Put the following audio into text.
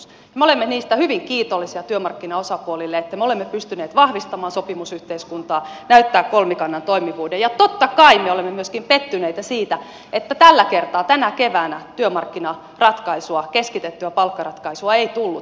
me olemme niistä hyvin kiitollisia työmarkkinaosapuolille että me olemme pystyneet vahvistamaan sopimusyhteiskuntaa näyttämään kolmikannan toimivuuden ja totta kai me olemme myöskin pettyneitä siitä että tällä kertaa tänä keväänä työmarkkinaratkaisua keskitettyä palkkaratkaisua ei tullut